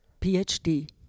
PhD